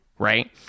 Right